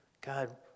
God